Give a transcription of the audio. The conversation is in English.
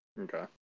Okay